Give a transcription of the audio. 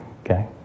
Okay